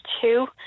two